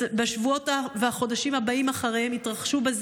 בשבועות ובחודשים הבאים אחריהם התרחשו זה